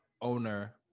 owner